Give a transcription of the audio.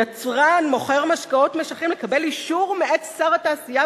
יצרן ומוכר משקאות משכרים לקבל אישור מאת שר התעשייה,